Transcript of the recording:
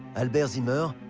albert zimmer,